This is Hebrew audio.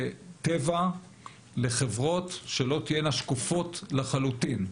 טבע לחברות שלא תהיינה שקופות לחלוטין.